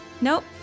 Nope